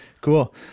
cool